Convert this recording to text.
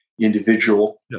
individual